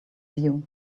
view